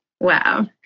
Wow